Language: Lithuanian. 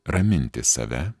raminti save